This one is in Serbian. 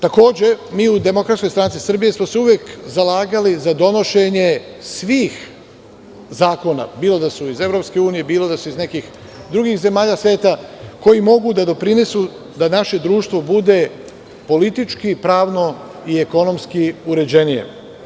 Takođe, mi u DSS smo se uvek zalagali za donošenje svih zakona, bilo da su iz EU, bilo da su iz nekih drugih zemalja sveta koji mogu da doprinesu da naše društvo bude politički, pravno i ekonomski uređenije.